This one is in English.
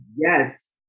yes